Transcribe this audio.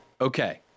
okay